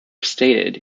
stated